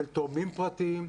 של תורמים פרטיים,